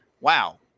wow